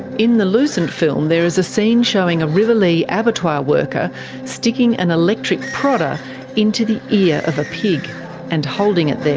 in the lucent film there is a scene showing a rivalea abattoir worker sticking an electric prodder into the ear of a pig and holding it there.